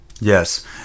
yes